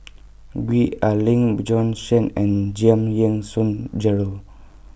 Gwee Ah Leng Bjorn Shen and Giam Yean Song Gerald